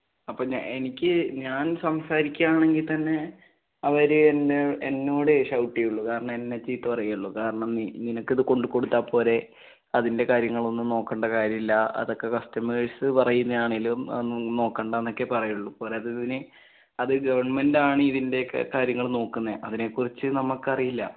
അപ്പോള്ത്തന്നെ എനിക്കീ ഞാൻ സംസാരിക്കുകയാണെങ്കില്ത്തന്നെ അവര് എന്നെ എന്നോടെ ഷൗട്ടിയ്യുള്ളൂ കാരണം എന്നെ ചീത്ത പറയുകയുള്ളൂ കാരണം നിനക്കിതുകൊണ്ട് കൊടുത്താല്പ്പോരെ അതിൻ്റെ കാര്യങ്ങളൊന്നും നോക്കേണ്ട കാര്യമില്ല അതൊക്കെ കസ്റ്റമേഴ്സ് പറയുന്നതാണെങ്കിലും അതൊന്നും നോക്കേണ്ട എന്നൊക്കെയേ പറയുകയുള്ളു പോരാത്തതിന് അത് ഗവൺമെന്റാണ് ഇതിൻ്റെയൊക്കെ കാര്യങ്ങള് നോക്കുന്നത് അതിനേക്കുറിച്ച് നമ്മള്ക്കറിയില്ല